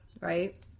right